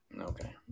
okay